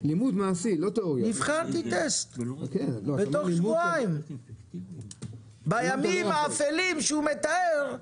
נבחנתי טסט בתוך שבועיים בימים האפלים שהוא מתאר,